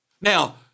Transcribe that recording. Now